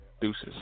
Deuces